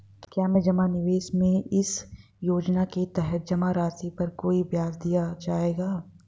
क्या जमा निवेश में इस योजना के तहत जमा राशि पर कोई ब्याज दिया जाएगा?